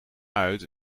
uit